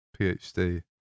phd